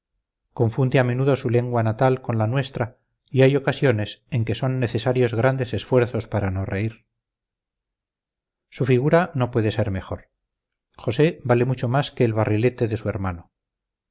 confunde a menudo su lengua natal con la nuestra y hay ocasiones en que son necesarios grandes esfuerzos para no reír su figura no puede ser mejor josé vale mucho más que el barrilete de su hermano